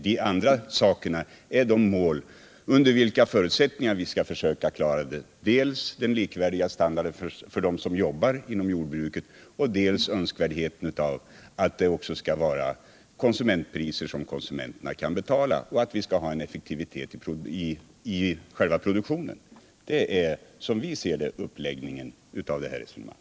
De andra sa Fredagen den kerna är de förutsättningar under vilka vi skall försöka klara det över 16 december 1977 gripande målet: dels den likvärdiga standarden för dem som jobbar inom jordbruket, dels önskvärdheten av att produkterna skall betinga priser — Jordbrukspolitisom konsumenterna kan betala, dels effektivitet i själva produktionen. ken, m.m. Det är, som vi ser det, uppläggningen av jordbrukspolitiken.